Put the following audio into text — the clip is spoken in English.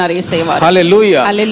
Hallelujah